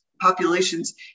populations